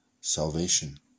salvation